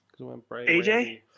AJ